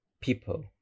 people